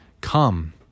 come